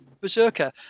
Berserker